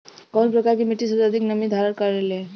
कउन प्रकार के मिट्टी सबसे अधिक नमी धारण करे ले?